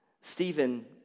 Stephen